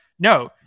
No